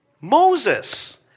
Moses